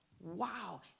wow